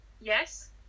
yes